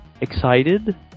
excited